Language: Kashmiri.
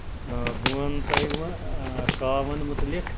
بہٕ وَنہٕ تۄہہِ وۄنۍ کاوَن مُتعلِق